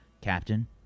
Captain